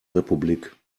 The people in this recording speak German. republik